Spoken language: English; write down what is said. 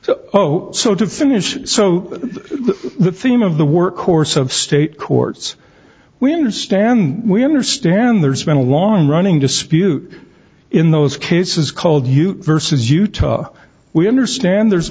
so oh so to finish so the theme of the work course of state courts we understand we understand there's been a long running dispute in those cases called you versus utah we understand there's